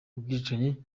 ubwicanyi